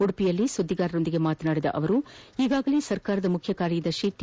ಉಡುಪಿಯಲ್ಲಿ ಸುದ್ದಿಗಾರರೊಂದಿಗೆ ಮಾತನಾಡಿದ ಅವರು ಈಗಾಗಲೇ ಸರ್ಕಾರದ ಮುಖ್ಯಕಾರ್ಯದರ್ತಿ ಟಿ